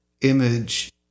image